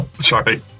Sorry